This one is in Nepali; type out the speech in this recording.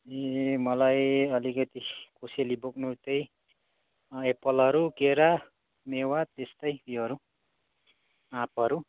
ए मलाई अलिकति कोसेली बोक्नु त्यही एप्पलहरू केरा मेवा त्यस्तै त्योहरू आँपहरू